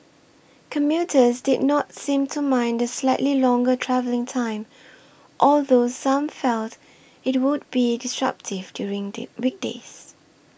commuters did not seem to mind the slightly longer travelling time although some felt it would be disruptive during the weekdays